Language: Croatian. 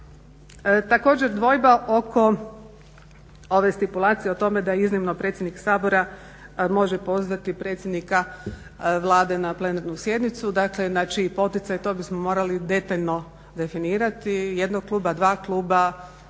također dvojba oko ove stipulacije o tome da iznimno predsjednik može pozvati predsjednika Vlade na plenarnu sjednicu, dakle na čiji poticaj to bismo morali detaljno definirati, jednog kluba, dva kluba,